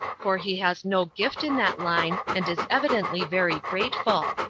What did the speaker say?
for he has no gift in that line, and is evidently very grateful.